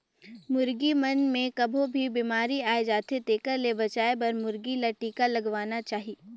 मुरगी मन मे कभों भी बेमारी आय जाथे तेखर ले बचाये बर मुरगी ल टिका लगवाना चाही